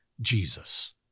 Jesus